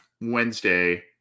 Wednesday